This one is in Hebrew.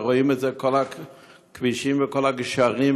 ורואים את זה בכל הכבישים ובכל הגשרים,